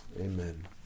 Amen